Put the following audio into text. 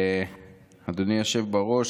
אדוני היושב בראש,